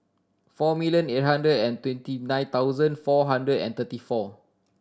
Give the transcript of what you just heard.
four million eight hundred and twenty nine thousand four hundred and thirty four